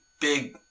big